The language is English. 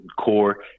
core